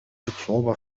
صعوبة